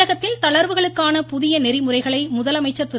தமிழகத்தில் தளர்வுகளுக்கான புதிய நெறிமுறைகளை முதலமைச்சர் திரு